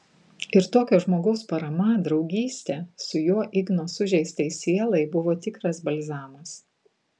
ir tokio žmogaus parama draugystė su juo igno sužeistai sielai buvo tikras balzamas